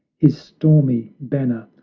his stormy banner,